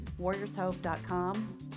warriorshope.com